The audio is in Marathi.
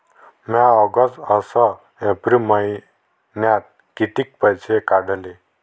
म्या ऑगस्ट अस एप्रिल मइन्यात कितीक पैसे काढले?